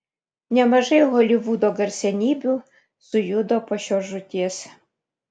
nemažai holivudo garsenybių sujudo po šios žūties